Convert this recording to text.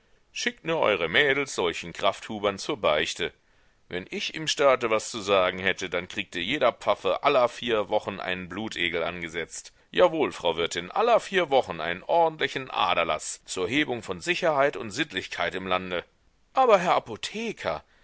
schickt nur eure mädels solchen krafthubern zur beichte wenn ich im staate was zu sagen hätte dann kriegte jeder pfaffe aller vier wochen einen blutegel angesetzt jawohl frau wirtin aller vier wochen einen ordentlichen aderlaß zur hebung von sicherheit und sittlichkeit im lande aber herr apotheker